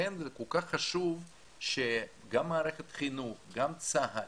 לכן זה כל כך חשוב שגם מערכת החינוך, גם צה"ל,